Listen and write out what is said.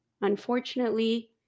unfortunately